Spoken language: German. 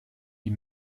die